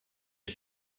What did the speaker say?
ich